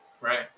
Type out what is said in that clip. right